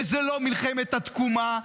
וזו לא מלחמת התקומה,